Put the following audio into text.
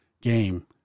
Game